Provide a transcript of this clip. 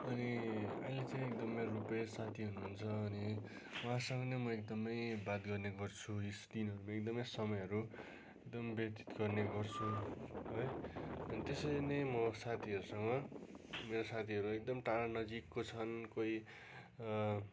अनि अहिले चाहिँ एकदम मेरो रूपेस साथी हुनुहुन्छ अनि उहाँसग नै म एकदमै बात गर्ने गर्छु यी दिनहरूको एकदमै समयहरू एकदम व्यतित गर्ने गर्छु है अनि त्यसरी नै म साथीहरूसँग मेरो साथीहरू एकदम टाढा नजिकको छन् कोही